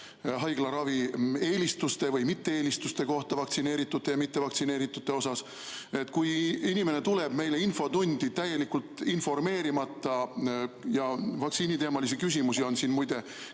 haiglaravieelistuste või mitte-eelistuste kohta vaktsineeritute ja mittevaktsineeritute puhul. Kui inimene tuleb meile infotundi täielikult informeerimata – vaktsiiniteemalisi küsimusi on siin muide